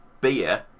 beer